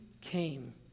came